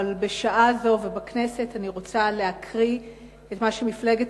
אבל בשעה זו ובכנסת אני רוצה להקריא את מה שמפלגת